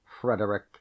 Frederick